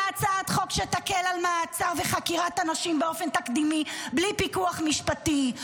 בהצעת חוק שתקל על מעצר וחקירת אנשים באופן תקדימי בלי פיקוח משפטי,